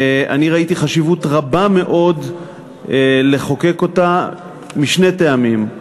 אני ראיתי חשיבות רבה מאוד בחקיקתה משני טעמים: